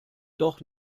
doch